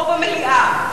פה במליאה.